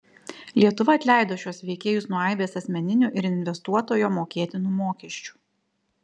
lietuva atleido šiuos veikėjus nuo aibės asmeninių ir investuotojo mokėtinų mokesčių